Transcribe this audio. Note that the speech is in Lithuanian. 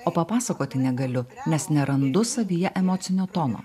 o papasakoti negaliu nes nerandu savyje emocinio tono